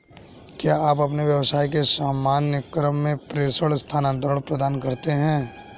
क्या आप अपने व्यवसाय के सामान्य क्रम में प्रेषण स्थानान्तरण प्रदान करते हैं?